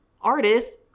artist